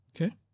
okay